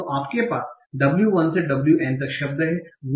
तो आपके पास w1 से wn तक शब्द हैं